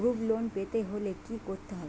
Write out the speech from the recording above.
Group loan পেতে হলে কি করতে হবে?